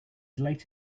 late